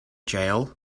jail